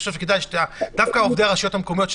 דווקא עובדי הרשויות המקומיות,